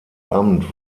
amt